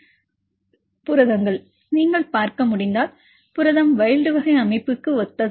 மாணவர் புரதங்கள் நீங்கள் பார்க்க முடிந்தால் புரதம் வைல்ட் வகை அமைப்புக்கு ஒத்ததாகும்